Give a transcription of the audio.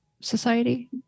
society